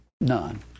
none